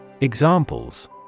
Examples